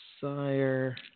sire